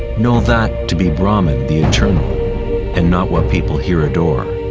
know that to be brahma the eternal and not what people here adore.